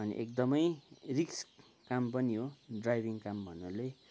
अनि एकदमै रिस्क काम पनि हो ड्राइभिङ काम भन्नाले